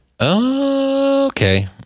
Okay